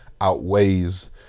outweighs